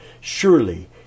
Surely